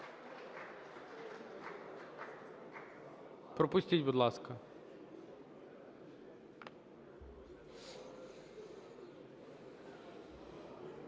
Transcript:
Пропустіть, будь ласка.